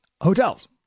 hotels